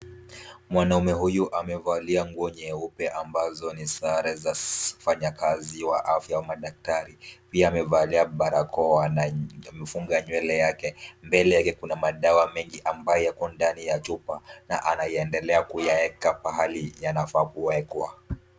Mwanaume huyu amevalia nguo nyeupe ambazo ni sare za ufanyakazi wa afya wa madaktari. Pia amevalia barakoa na amefunga nywele yake. Mbele yake kuna madawa mengi ambayo iko ndani ya chupa na anaendelea kuyaweka pahali yanafaa kuwekwa.